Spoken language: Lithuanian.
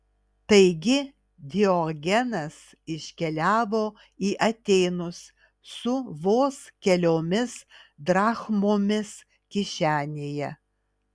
taigi diogenas iškeliavo į atėnus su vos keliomis drachmomis kišenėje